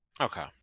Okay